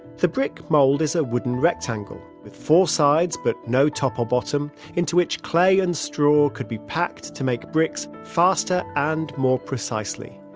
the brick mold is a wooden rectangle with four sides, but no top or bottom, into which clay and straw could be packed to make bricks faster and more precisely.